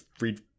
read